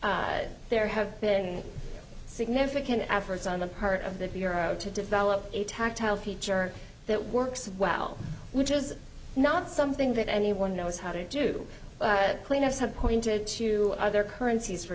been there have been significant efforts on the part of the bureau to develop a tactile feature that works well which is not something that anyone knows how to do cleanups have pointed to other currencies for